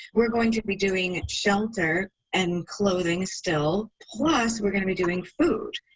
we're going to be doing shelter and clothing still, plus we're going to be doing food.